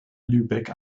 lübeck